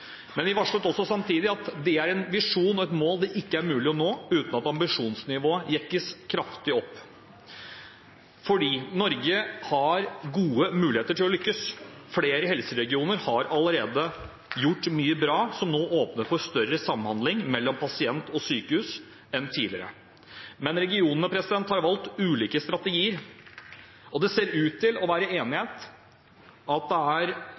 Men vi varslet samtidig at det er en visjon og et mål det ikke er mulig å nå uten at ambisjonsnivået jekkes kraftig opp, for Norge har gode muligheter til å lykkes, og flere helseregioner har allerede gjort mye bra som nå åpner for større samhandling mellom pasient og sykehus enn tidligere. Men regionene har valgt ulike strategier. Det ser ut til å være enighet om at det er